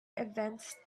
events